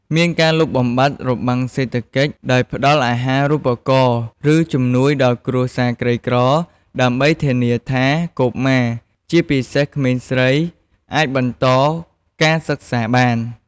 មានការលុបបំបាត់របាំងសេដ្ឋកិច្ច ដោយផ្តល់អាហារូបករណ៍ឬជំនួយដល់គ្រួសារក្រីក្រ ដើម្បីធានាថាកុមារ ជាពិសេសក្មេងស្រី អាចបន្តការសិក្សាបាន។